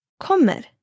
kommer